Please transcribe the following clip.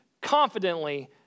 confidently